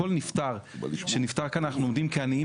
כל נפטר שנפטר כאן אנחנו עומדים כעניים